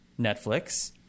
Netflix